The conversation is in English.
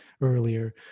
earlier